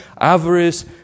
avarice